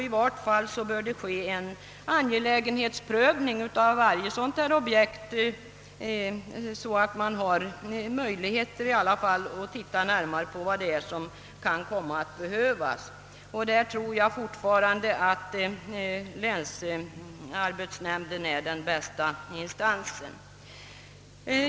I vart fall bör det ske en angelägenhetsprövning av varje sådant här objekt så att man har möjligheter att titta närmare på vad det är som kan komma att behövas. Där tror jag fortfarande att länsarbetsnämnden är den bästa instansen.